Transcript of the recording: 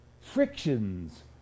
frictions